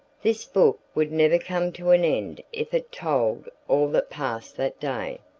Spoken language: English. this book would never come to an end if it told all that passed that day.